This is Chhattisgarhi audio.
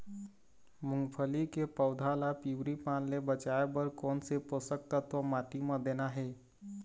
मुंगफली के पौधा ला पिवरी पान ले बचाए बर कोन से पोषक तत्व माटी म देना हे?